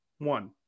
One